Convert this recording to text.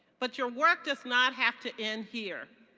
but your work does not have to end here.